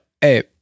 hey